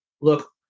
look